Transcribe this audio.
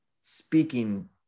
speaking